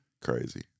Crazy